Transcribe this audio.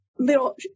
little